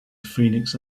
phoenix